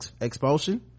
expulsion